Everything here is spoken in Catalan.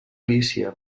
lícia